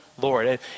Lord